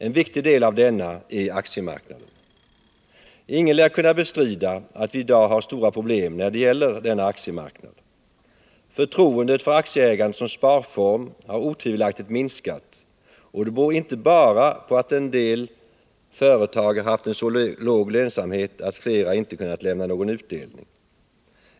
En viktig del av denna är aktiemarknaden. Ingen lär kunna bestrida att vi i dag har stora problem när det gäller denna aktiemarknad. Förtroendet för aktieägandet såsom sparform har otvivelaktigt minskat, och det beror inte bara på att en hel del företag har haft så låg lönsamhet att de inte kunnat lämna någon utdelning.